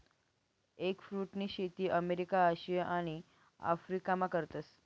एगफ्रुटनी शेती अमेरिका, आशिया आणि आफरीकामा करतस